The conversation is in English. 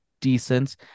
decent